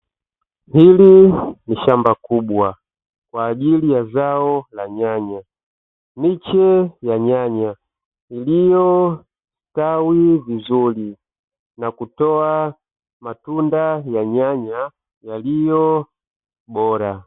hili ni shamba kubwa, kwa ajili ya zao la nyanya, miche ya nyanya iliyostawi vizuri na kutoa matunda ya nyanya yaliyo bora.